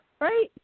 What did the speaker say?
right